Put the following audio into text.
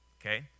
okay